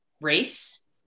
race